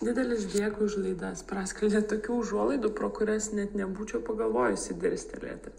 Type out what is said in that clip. didelis dėkui už laidas praskleidžiat tokių užuolaidų pro kurias net nebūčiau pagalvojusi dirstelėti